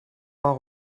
pas